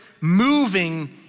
moving